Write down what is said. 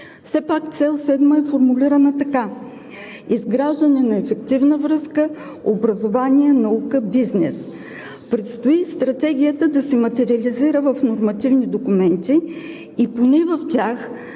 все пак цел № 7 е формулирана така: „Изграждане на ефективна връзка образование – наука – бизнес“. Предстои Стратегията да се материализира в нормативни документи и поне в тях